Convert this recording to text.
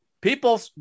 people